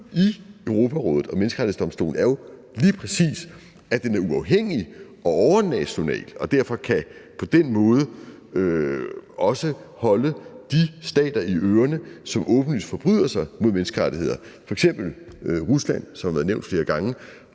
i Europarådet og Menneskerettighedsdomstolen er jo lige præcis, at de er uafhængige og overnationale og derfor på den måde også kan holde de stater i ørerne, som åbenlyst forbryder sig mod menneskerettighederne, f.eks. Rusland, som har været nævnt flere gange.